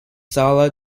sala